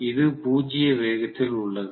இது இப்போது பூஜ்ஜிய வேகத்தில் உள்ளது